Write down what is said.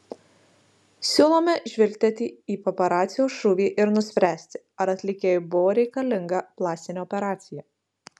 siūlome žvilgtelti į paparacio šūvį ir nuspręsti ar atlikėjui buvo reikalinga plastinė operacija